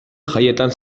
jaietan